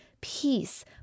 peace